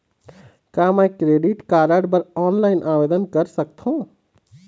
का मैं credit card बर ऑनलाइन आवेदन कर सकथों?